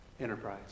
Enterprise